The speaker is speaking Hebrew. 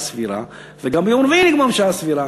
סבירה וגם ביום רביעי נגמור בשעה סבירה,